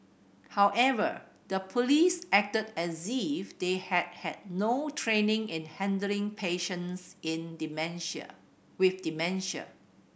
however the police acted as if they had had no training in handling patients in dementia with dementia